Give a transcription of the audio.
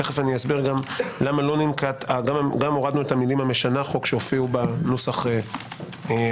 תכף אסביר למה הורדנו את המילים המשנה חוק שהופיעו בנוסח הראשוני.